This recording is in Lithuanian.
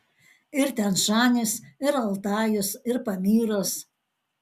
ir tian šanis ir altajus ir pamyras